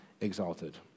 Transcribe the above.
exalted